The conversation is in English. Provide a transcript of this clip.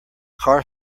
car